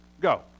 go